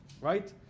right